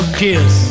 kiss